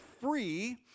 free